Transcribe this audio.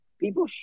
people